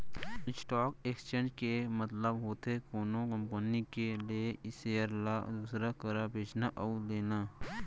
stock exchange के मतलब होथे कोनो कंपनी के लेय सेयर ल दूसर करा बेचना अउ लेना